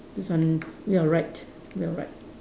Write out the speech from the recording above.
this one you are right you are right